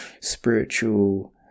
spiritual